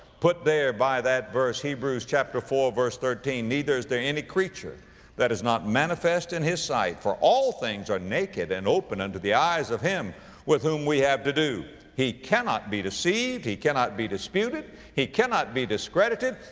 put there by that verse hebrews chapter four verse thirteen, neither is there any creature that is not manifest in his sight, for all things are naked and opened unto the eyes of him with whom we have to do. he cannot be deceived. he cannot be disputed. he cannot be discredited.